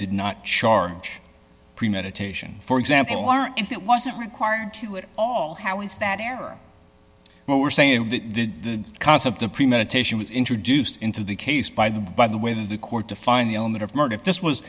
did not charge premeditation for example are if it wasn't required to do it all how is that era but we're saying that the concept of premeditation was introduced into the case by the by the way that the court to find the element of murder if this was